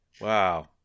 Wow